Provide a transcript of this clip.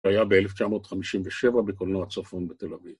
‫היה ב-1957 בקולנוע צפון בתל אביב.